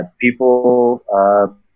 people